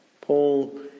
Paul